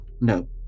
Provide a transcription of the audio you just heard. No